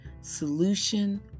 solution